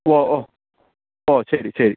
ഓ ഓ ഓ ശരി ശരി